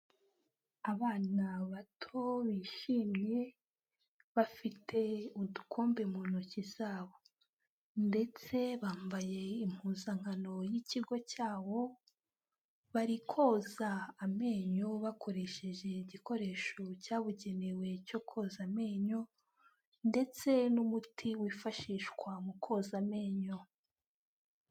Abana bato bishimye, bafite udukombe mu ntoki zabo ndetse bambaye impuzankano y'ikigo cyabo, bari koza amenyo bakoresheje igikoresho cyabugenewe cyo koza amenyo ndetse n'umuti wifashishwa mu koza amenyo.